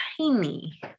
tiny